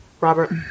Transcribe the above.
Robert